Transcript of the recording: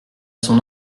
son